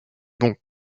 bon